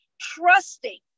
trusting